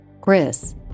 Chris